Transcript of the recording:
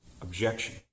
objection